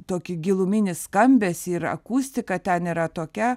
tokį giluminį skambesį ir akustika ten yra tokia